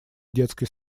детской